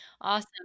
awesome